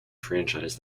franchise